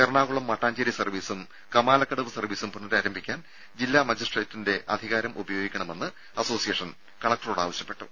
എറണാകുളം മട്ടാഞ്ചേരി സർവ്വീസും കമാലക്കടവ് സർവ്വീസും പുനഃരാരംഭിക്കാൻ ജില്ലാ മജിസ്ട്രേറ്റിന്റെ അധികാരം അസോസിയേഷൻ ഉപയോഗിക്കണമെന്ന് കലക്ടറോട് ആവശ്യപ്പെട്ടു